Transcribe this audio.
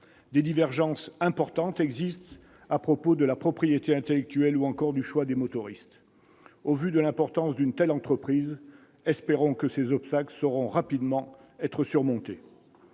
Des divergences essentielles existent à propos de la propriété intellectuelle, ou encore du choix des motoristes. Au vu de l'importance d'une telle entreprise, espérons que ces obstacles seront rapidement surmontés.